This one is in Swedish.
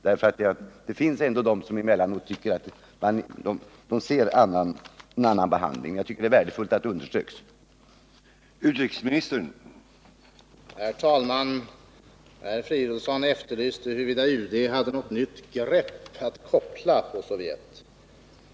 Det finns ändå de som emellanåt talar om att en annorlunda behandling skulle förekomma, och jag tycker det är värdefullt att likvärdigheten understryks.